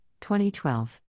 2012